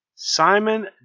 simon